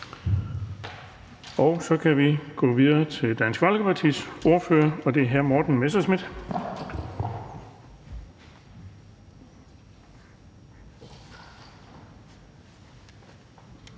Så kan vi gå videre til Dansk Folkepartis ordfører, og det er hr. Morten Messerschmidt.